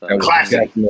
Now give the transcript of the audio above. Classic